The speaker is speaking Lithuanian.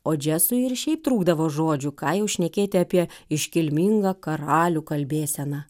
o džesui ir šiaip trūkdavo žodžių ką jau šnekėti apie iškilmingą karalių kalbėseną